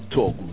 Talk